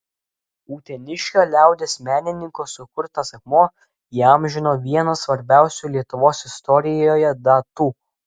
uteniškio liaudies menininko sukurtas akmuo įamžino vieną svarbiausių lietuvos istorijoje datų